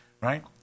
right